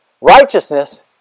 Righteousness